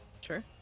Sure